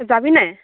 যাবি নাই